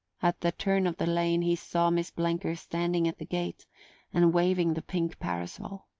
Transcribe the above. at the turn of the lane he saw miss blenker standing at the gate and waving the pink parasol.